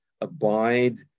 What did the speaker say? abide